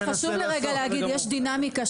אבל חשוב לי להגיד שיש דינמיקה,